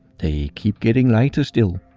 they keep getting lighter still.